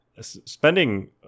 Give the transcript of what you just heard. spending